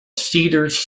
cedars